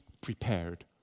prepared